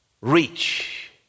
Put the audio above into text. reach